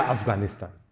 Afghanistan